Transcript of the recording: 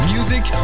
Music